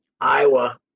Iowa –